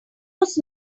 was